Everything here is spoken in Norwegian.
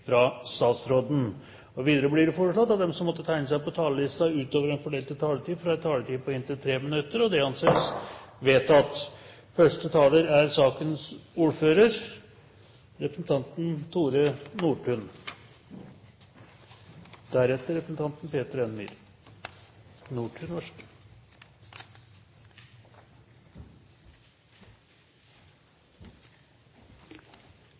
fra statsråden innenfor den fordelte taletid. Videre blir det foreslått at de som måtte tegne seg på talerlisten utover den fordelte taletid, får en taletid på inntil 3 minutter. – Det anses vedtatt. Første taler er representanten Tore Nordtun, som taler på vegne av sakens ordfører, Sverre Myrli, som er permittert. Forsvaret har vært gjennom en